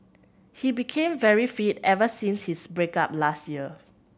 he became very fit ever since his break up last year